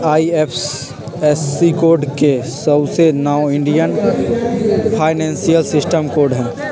IFSC code के सऊसे नाओ इंडियन फाइनेंशियल सिस्टम कोड हई